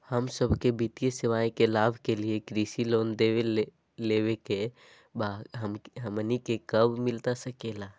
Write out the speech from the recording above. हम सबके वित्तीय सेवाएं के लाभ के लिए कृषि लोन देवे लेवे का बा, हमनी के कब मिलता सके ला?